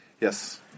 Yes